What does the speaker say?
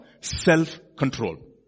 self-control